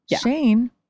Shane